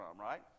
right